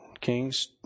Kings